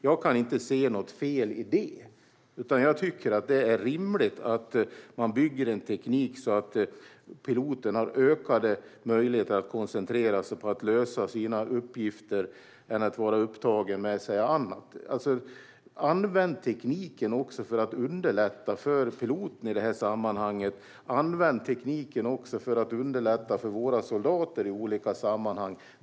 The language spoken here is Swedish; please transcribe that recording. Jag kan inte se något fel i det, utan jag tycker att det är rimligt att man bygger en teknik så att piloten har ökade möjligheter att koncentrera sig på att lösa sina uppgifter i stället för att vara upptagen med annat. Använd tekniken för att underlätta för piloten i det här sammanhanget! Använd tekniken för att underlätta för våra soldater i olika sammanhang!